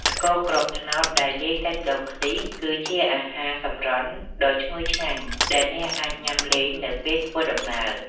ស្ករគ្រាប់ត្នោតដែលលាយសាច់ដូងខ្ទិះ គឺជាអាហារសម្រន់ដ៏ឈ្ងុយឆ្ងាញ់ដែលអ្នកអាចញ៉ាំលេងនៅពេលធ្វើដំណើរ។